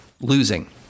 losing